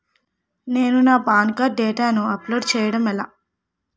నేను నా PAN card డేటాను అప్లోడ్ చేయడం ఎలా?